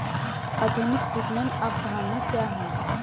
आधुनिक विपणन अवधारणा क्या है?